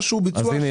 אז הינה,